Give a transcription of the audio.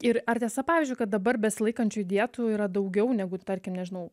ir ar tiesa pavyzdžiui kad dabar besilaikančiųjų dietų yra daugiau negu tarkim nežinau